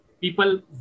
people